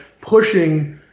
pushing